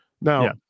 Now